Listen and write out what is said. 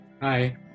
Hi